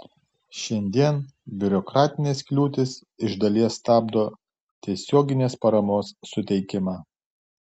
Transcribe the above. šiandien biurokratinės kliūtys iš dalies stabdo tiesioginės paramos suteikimą